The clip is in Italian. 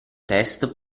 test